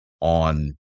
on